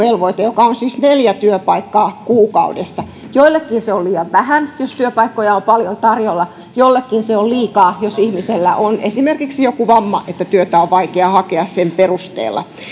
joka on siis neljä työpaikkaa kuukaudessa joillekin se on liian vähän jos työpaikkoja on paljon tarjolla joillekin se on liikaa jos ihmisellä on esimerkiksi joku vamma niin että työtä on vaikea hakea sen vuoksi eli